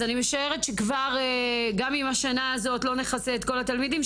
אני משערת שגם אם השנה הזאת לא נכסה את כל התלמידים,